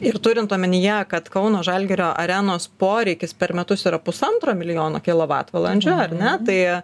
ir turint omenyje kad kauno žalgirio arenos poreikis per metus yra pusantro milijono kilovatvalandžių ar ne tai